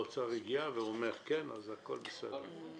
האוצר הגיע ואומר כן, אז הכול בסדר.